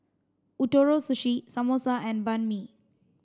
Ootoro Sushi Samosa and Banh Mi